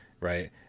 right